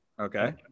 okay